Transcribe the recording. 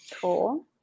Cool